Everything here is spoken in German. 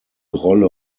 rolle